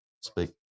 speak